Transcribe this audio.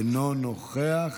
אינו נוכח.